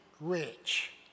rich